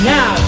Now